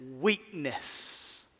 weakness